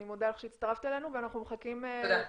אני מודה לך שהצטרפת אלינו ואנחנו מחכים לתשובתם.